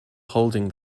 holding